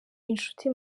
inshuti